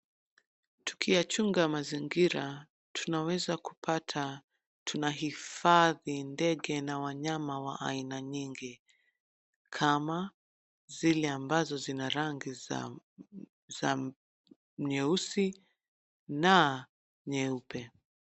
Tukiyachunga mazingira tunaweza kupata tunahifadhi denge na wanyama wa haina nyingi kama zile za nyeusi na nyeupe.